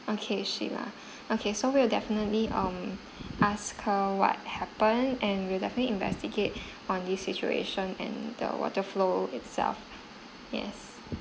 okay sheila okay so we'll definitely um ask her what happen and will definitely investigate on this situation and the water flow itself yes